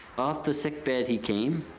off the sickbed he came,